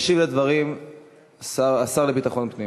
ישיב על הדברים השר לביטחון פנים.